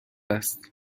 است